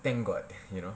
thank god you know